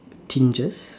tinges